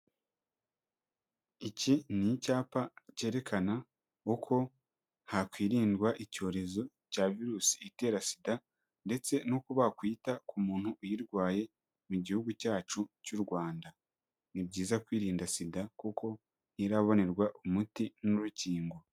Iki ni icyapa cyerekana uko hakwirindwa icyorezo cya virusi itera SIDA ndetse n'uko bakwita ku muntu uyirwaye mu gihugu cyacu cy'u Rwanda, ni byiza kwirinda SIDA kuko ntirabonerwa umuti n'urukingo.